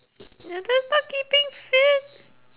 no that's not keeping fit